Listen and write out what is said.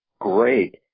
great